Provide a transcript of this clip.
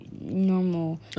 normal